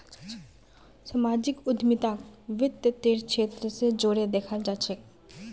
सामाजिक उद्यमिताक वित तेर क्षेत्र स जोरे दखाल जा छेक